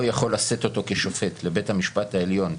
יכול לשאת אותו כשופט בבית המשפט העליון,